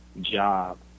job